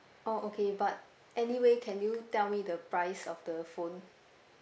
oh okay but anyway can you tell me the price of the phone